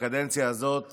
בקדנציה הזאת